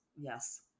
Yes